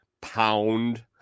pound